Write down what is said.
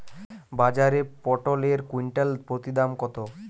বাজারে পটল এর কুইন্টাল প্রতি দাম কত?